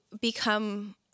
become